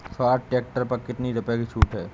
Swaraj tractor पर कितनी रुपये की छूट है?